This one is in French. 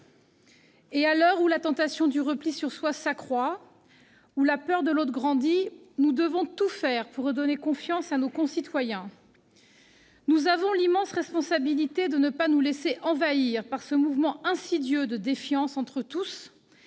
À l'heure où la tentation du repli sur soi s'accroît, où la peur de l'autre grandit, nous devons tout faire pour redonner confiance à nos concitoyens. Nous avons l'immense responsabilité de ne pas nous laisser envahir par ce mouvement insidieux de défiance de tous